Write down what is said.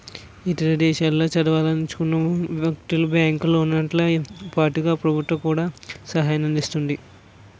ఇతర దేశాల్లో చదవదలుచుకున్న వ్యక్తులకు బ్యాంకు లోన్లతో పాటుగా ప్రభుత్వం కూడా సహాయాన్ని అందిస్తుంది